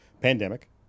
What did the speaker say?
pandemic